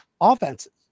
offenses